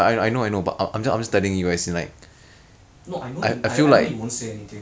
that's funny enough you guys cannot secure fast enough then end up they rotate over after I die